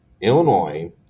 Illinois